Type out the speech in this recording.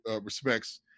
respects